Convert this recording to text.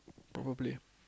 probably